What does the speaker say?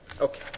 Okay